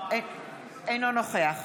אינו נוכח